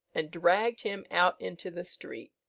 and dragged him out into the street.